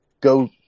go